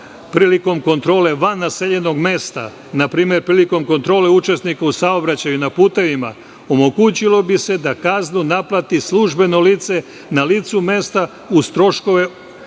prilikom kontrole van naseljenog mesta, npr. prilikom kontrole učesnika u saobraćaju na putevima, omogućilo bi se da kaznu naplati službeno lice na licu mesta uz troškove